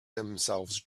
themselves